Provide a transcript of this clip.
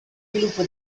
sviluppo